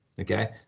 Okay